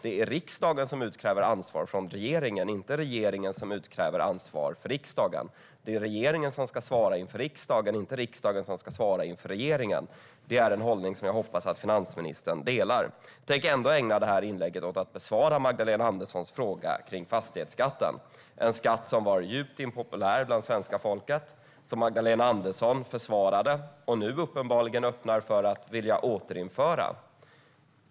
Det är riksdagen som utkräver ansvar av regeringen, inte regeringen som utkräver ansvar av riksdagen. Det är regeringen som ska svara inför riksdagen, inte riksdagen som ska svara inför regeringen. Det är en hållning som jag hoppas att finansministern delar. Jag tänker ändå ägna det här inlägget åt att besvara Magdalena Anderssons fråga om fastighetsskatten, en skatt som var djupt impopulär hos svenska folket men som Magdalena Andersson försvarade och som hon nu uppenbarligen öppnar för att återinföra.